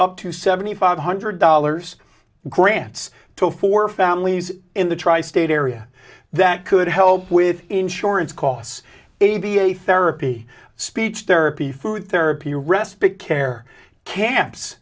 up to seventy five hundred dollars grants to four families in the tri state area that could help with insurance costs a b a therapy speech therapy food therapy respite care camps